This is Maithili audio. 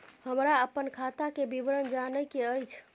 हमरा अपन खाता के विवरण जानय के अएछ?